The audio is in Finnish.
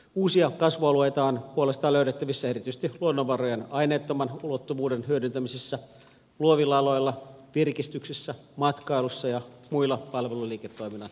uusia kasvualueita on puolestaan löydettävissä erityisesti luonnonvarojen aineettoman ulottuvuuden hyödyntämisessä luovilla aloilla virkistyksessä matkailussa ja muilla palveluliiketoiminnan aloilla